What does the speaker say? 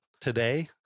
today